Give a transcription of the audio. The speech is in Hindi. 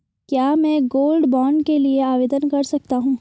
क्या मैं गोल्ड बॉन्ड के लिए आवेदन कर सकता हूं?